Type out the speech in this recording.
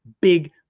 big